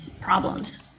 problems